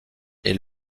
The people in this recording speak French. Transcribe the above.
est